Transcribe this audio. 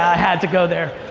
ah had to go there.